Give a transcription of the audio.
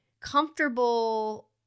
Comfortable